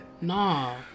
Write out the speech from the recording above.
Nah